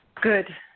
good